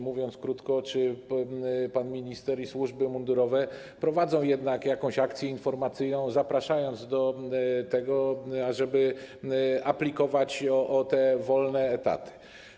Mówiąc krótko, czy pan minister i służby mundurowe prowadzą jednak jakąś akcję informacyjną, zapraszając do tego, ażeby aplikować o wolne etaty?